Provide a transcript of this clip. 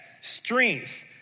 strength